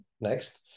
next